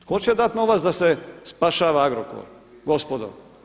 Tko će dat novac da se spašava Agrokor gospodo?